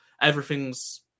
everything's